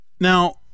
Now